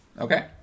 Okay